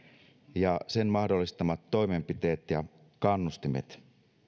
ja sen mahdollistamat toimenpiteet ja kannustimet